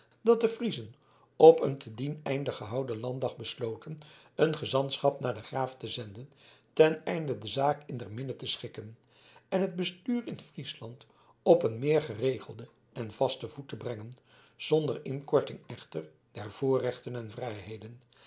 dat de friezen op een te dien einde gehouden landdag besloten een gezantschap naar den graaf te zenden ten einde de zaak in der minne te schikken en het bestuur in friesland op een meer geregelden en vasten voet te brengen zonder inkorting echter der voorrechten en vrijheden